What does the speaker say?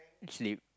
sleep